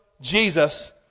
Jesus